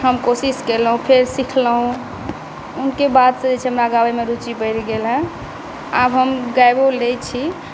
हम कोशिश केलहुँ फेर सिखलहुॅं हुनके बादसऽ जे छै हमरा गाबयमे रुचि बढ़ि गेल हेँ आब हम गाइबो लै छी